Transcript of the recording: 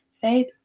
Faith